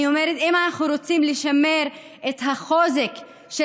אני אומרת שאם אנחנו רוצים לשמר את החוזק של